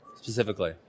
Specifically